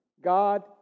God